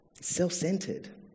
self-centered